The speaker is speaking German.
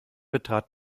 betrat